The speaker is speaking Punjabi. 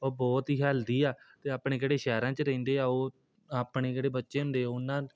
ਉਹ ਬਹੁਤ ਹੀ ਹੈਲਦੀ ਆ ਅਤੇ ਆਪਣੇ ਕਿਹੜੇ ਸ਼ਹਿਰਾਂ 'ਚ ਰਹਿੰਦੇ ਆ ਉਹ ਆਪਣੇ ਜਿਹੜੇ ਬੱਚੇ ਹੁੰਦੇ ਆ ਉਹਨਾਂ